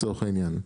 לצורך העניין,